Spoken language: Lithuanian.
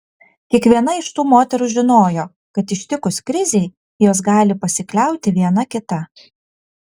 kiekviena iš tų moterų žinojo kad ištikus krizei jos gali pasikliauti viena kita